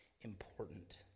important